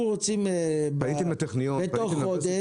אנחנו רוצים בתוך חודש,